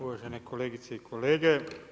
Uvažene kolegice i kolege.